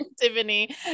Tiffany